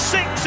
Six